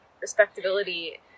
respectability